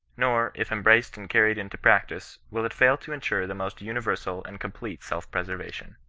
nor, if embraced and carried into practice, will it fail to ensure the most universal and complete self-preservation.